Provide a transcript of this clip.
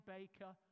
Baker